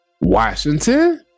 Washington